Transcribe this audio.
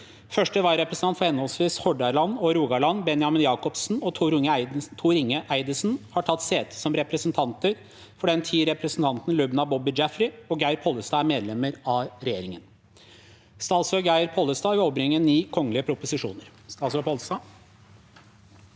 Første vararepresentant for henholdsvis Hordaland og Rogaland, Benjamin Jakobsen og Tor Inge Eidesen, har tatt sete som representanter for den tid representantene Lubna Boby Jaffery og Geir Pollestad er medlemmer av regjeringen. St at srå d Gei r Pollesta d overbrakte 9 kgl. proposisjoner (se under